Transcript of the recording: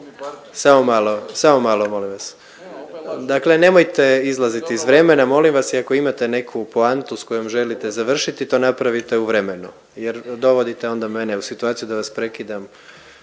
Samo malo, samo malo molim vas. Dakle nemojte izlaziti iz vremena molim vas i ako imate neku poantu s kojom želite završiti to napravite u vremenu jer dovodite onda mene u situaciju da vas prekidam